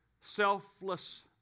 Selfless